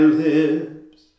lips